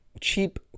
cheap